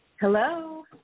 Hello